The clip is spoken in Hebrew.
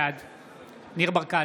בעד ניר ברקת,